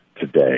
today